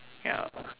ya